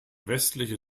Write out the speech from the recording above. westliche